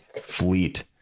fleet